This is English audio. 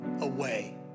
away